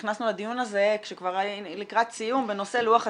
נכנסנו לדיון הזה לקראת סיום בנושא לוח הזמנים.